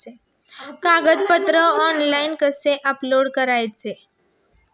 कागदपत्रे ऑनलाइन कसे अपलोड करायचे?